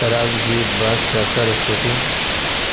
truck jeep bus tractor scooty